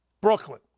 Brooklyn